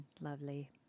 lovely